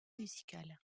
musicale